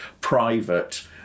private